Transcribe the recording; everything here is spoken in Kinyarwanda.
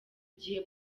gihe